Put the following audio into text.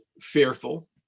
fearful